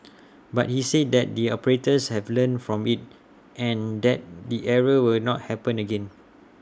but he said that the operators have learnt from IT and that the error will not happen again